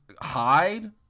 hide